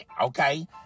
okay